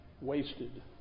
wasted